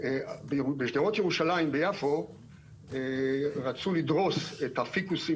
בשדרות ירושלים ביפו רצו לדרוס את הפיקוסים